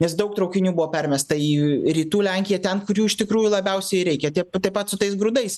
nes daug traukinių buvo permesta į rytų lenkiją ten kur jų iš tikrųjų labiausiai reikia tie taip pat su tais grūdais